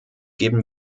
geben